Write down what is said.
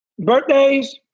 birthdays